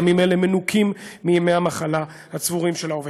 ימים אלה מנוכים מימי המחלה הצבורים של העובד.